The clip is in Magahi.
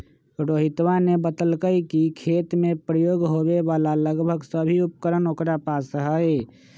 रोहितवा ने बतल कई कि खेत में प्रयोग होवे वाला लगभग सभी उपकरण ओकरा पास हई